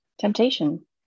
temptation